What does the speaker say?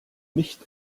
nicht